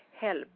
help